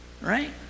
right